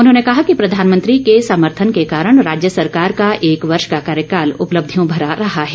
उन्होंने कहा कि प्रधानमंत्री के समर्थन के कारण राज्य सरकार का एक वर्ष का कार्यकाल उपलब्धियों से भरा रहा है